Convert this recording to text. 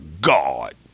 God